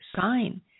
sign